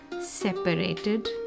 separated